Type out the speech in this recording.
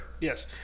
Yes